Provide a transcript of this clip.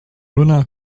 runā